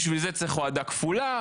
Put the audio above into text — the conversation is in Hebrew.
ובשביל זה צריך הורדה כפולה,